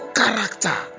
character